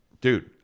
dude